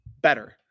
better